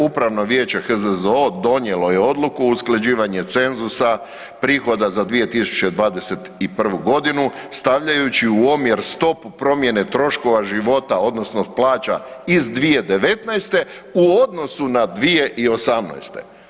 Upravno vijeće HZZO donijelo je odluku o usklađivanju cenzusa prihoda za 2021. godinu stavljajući u omjer stopu promjene troškova života odnosno plaća iz 2019. u odnosu na 2018.